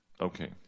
Okay